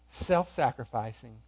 Self-sacrificing